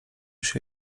się